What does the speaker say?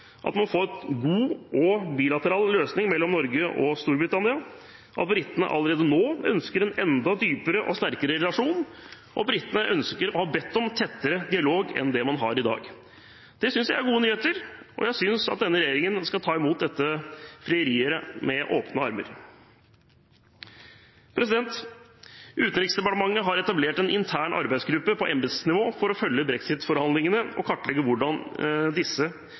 god bilateral løsning mellom Norge og Storbritannia, at britene allerede nå ønsker en enda dypere og sterkere relasjon, og at britene ønsker og har bedt om tettere dialog enn det man har i dag. Det synes jeg er gode nyheter, og jeg synes at denne regjeringen skal ta imot dette frieriet med åpne armer. Utenriksdepartementet har etablert en intern arbeidsgruppe på embetsnivå for å følge brexit-forhandlingene og kartlegge hvordan disse